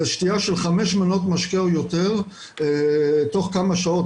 זו שתייה של חמש מנות משקה או יותר תוך כמה שעות.